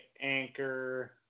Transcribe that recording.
Anchor